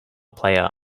player